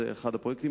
זה אחד הפרויקטים,